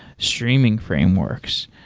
streaming frameworks.